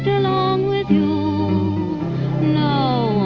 along with you no